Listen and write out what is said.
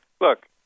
Look